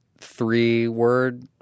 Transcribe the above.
three-word